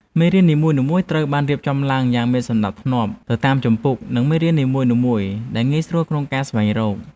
មេរៀននីមួយៗត្រូវបានរៀបចំឡើងយ៉ាងមានសណ្តាប់ធ្នាប់ទៅតាមជំពូក និងមេរៀននីមួយៗដែលងាយស្រួលក្នុងការស្វែងរក។